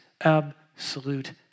absolute